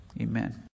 Amen